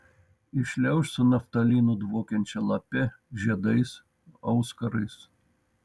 įšliauš su naftalinu dvokiančia lape žiedais auskarais